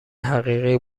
حقیقی